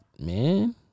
man